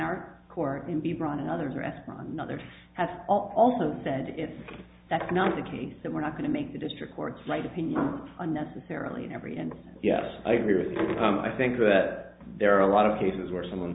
our court and be brought in others restaurant not there has also said it's that's not the case that we're not going to make the district courts right opinion unnecessarily every and yes i agree with you i think that there are a lot of cases where someone